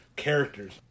characters